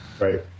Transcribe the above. Right